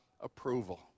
approval